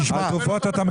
אם אני